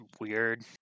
weird